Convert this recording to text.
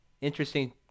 interesting